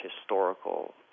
historical